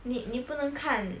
你你不能看